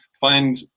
find